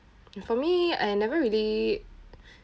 for me I never really